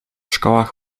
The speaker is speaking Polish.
szkołach